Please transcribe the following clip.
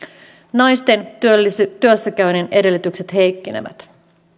naisten työssäkäynnin edellytykset heikkenevät